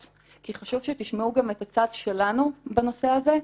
כי חשוב שתשמעו גם את הצד שלנו בנושא הזה,